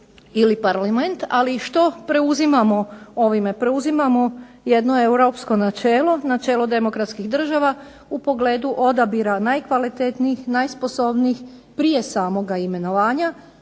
Ali što preuzimamo ovime? Preuzimamo jedno europsko načelo, načelo demokratskih država u pogledu odabira najkvalitetnijih, najsposobnijih prije samoga imenovanja.